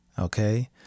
Okay